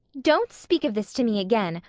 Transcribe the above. don't speak of this to me again.